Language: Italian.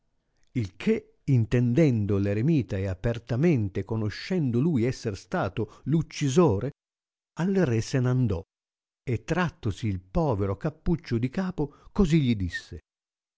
il che intendendo r eremita e apertamente conoscendo lui esser stato l'uccisore al re se n'andò e trattosi il povero cappuccio di capo cosi gli disse